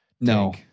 No